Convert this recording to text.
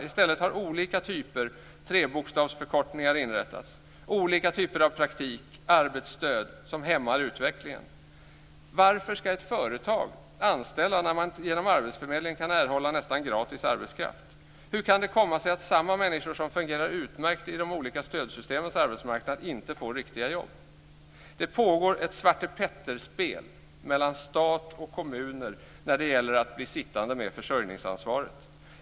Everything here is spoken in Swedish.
I stället har olika typer av trebokstavsförkortningar inrättats - olika typer av praktik och arbetsstöd som hämmar utvecklingen. Varför ska ett företag anställa när man genom arbetsförmedlingen kan erhålla nästan gratis arbetskraft? Hur kan det komma sig att samma människor som fungerar utmärkt på de olika stödsystemens arbetsmarknad inte får riktiga jobb? Det pågår ett svartepetterspel mellan stat och kommuner när det gäller att bli sittande med försörjningsansvaret.